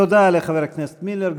תודה לחבר הכנסת מילר.